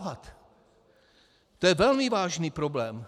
To je velmi vážný problém.